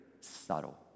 subtle